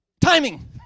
Timing